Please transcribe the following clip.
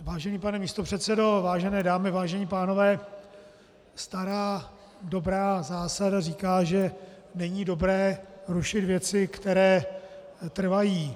Vážený pane místopředsedo, vážené dámy, vážení pánové, stará dobrá zásada říká, že není dobré rušit věci, které trvají.